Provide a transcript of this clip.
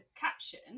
caption